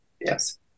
yes